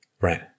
Right